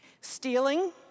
Stealing